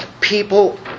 People